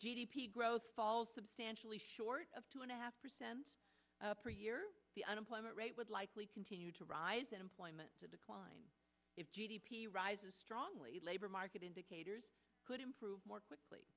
p growth falls substantially short of two and a half percent per year the unemployment rate would likely continue to rise and employment to decline if g d p rises strongly labor market indicators could improve more quickly